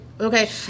Okay